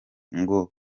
ngo